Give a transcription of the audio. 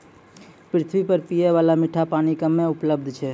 पृथ्वी पर पियै बाला मीठा पानी कम्मे उपलब्ध छै